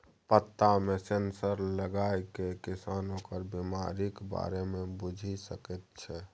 पत्तामे सेंसर लगाकए किसान ओकर बिमारीक बारे मे बुझि सकैत छै